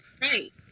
Right